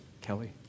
Kelly